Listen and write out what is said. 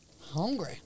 Hungry